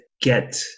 get